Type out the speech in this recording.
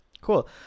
Cool